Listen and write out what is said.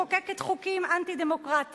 מחוקקת חוקים אנטי-דמוקרטיים,